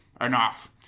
Enough